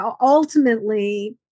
ultimately